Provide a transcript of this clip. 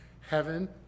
Heaven